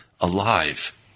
alive